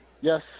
yes